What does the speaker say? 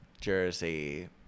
jersey